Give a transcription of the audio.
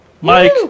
Mike